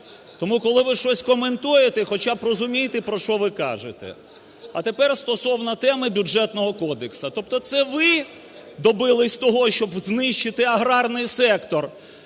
Тому, коли ви щось коментуєте, хоча б розумійте, про що ви кажете. А тепер стосовно теми Бюджетного кодексу, тобто це ви добились того, щоб знищити аграрний сектор